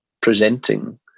presenting